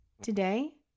Today